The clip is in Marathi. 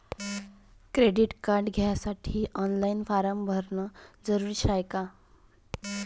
क्रेडिट कार्ड घ्यासाठी ऑनलाईन फारम भरन जरुरीच हाय का?